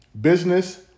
business